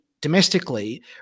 domestically